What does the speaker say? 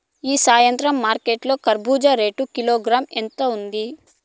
ఈ సాయంత్రం మార్కెట్ లో కర్బూజ రేటు కిలోగ్రామ్స్ ఎంత ఉంది?